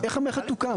איך המערכת תוקם.